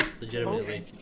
Legitimately